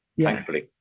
thankfully